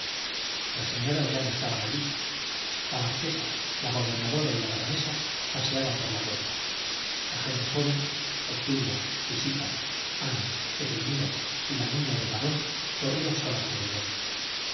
las señoras ya no estaban allí la marquesa la gobernadora y la baronesa paseaban por la huerta la gente joven obdulia visita ana edelmira y la niña del barón corrían solas por el bosque